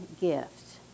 gift